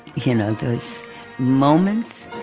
you know, those moments,